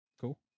Cool